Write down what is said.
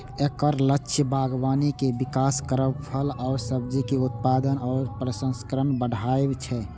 एकर लक्ष्य बागबानी के विकास करब, फल आ सब्जीक उत्पादन आ प्रसंस्करण बढ़ायब छै